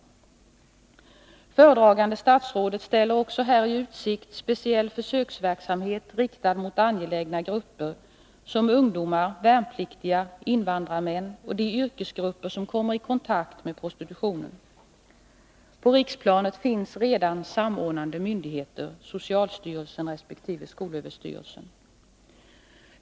Föredragande statsrådet ställer också här i utsikt speciell försöksverksamhet, riktad mot angelägna grupper som ungdomar, värnpliktiga, invandrarmän och de yrkesgrupper som kommer i kontakt med prostitutionen. På riksplanet finns redan samordnande myndigheter, socialstyrelsen resp. skolöverstyrelsen.